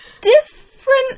different